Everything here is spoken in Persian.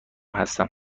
هستم